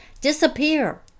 disappear